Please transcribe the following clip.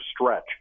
stretch